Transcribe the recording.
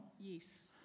Yes